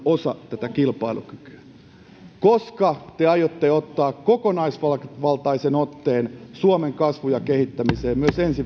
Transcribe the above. osa tätä kilpailukykyä koska te aiotte ottaa kokonaisvaltaisen otteen suomen kasvuun ja kehittämiseen myös ensi